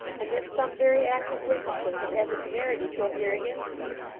and that some very active witnesses have had the temerity to appear against them.